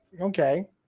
okay